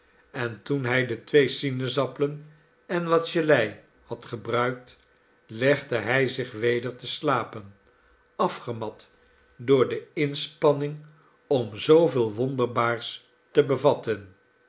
en toen hij de twee sinaasappelen en wat gelei had gebruikt legde hij zich weder te slapen afgemat door de inspanning om zooveel wonderbaars te bevatten